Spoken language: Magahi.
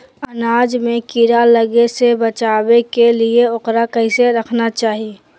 अनाज में कीड़ा लगे से बचावे के लिए, उकरा कैसे रखना चाही?